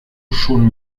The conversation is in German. schon